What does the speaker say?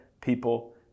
people